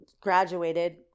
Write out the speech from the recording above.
graduated